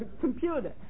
computer